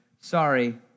Sorry